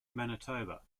manitoba